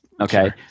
Okay